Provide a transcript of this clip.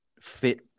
fit